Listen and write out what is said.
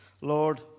Lord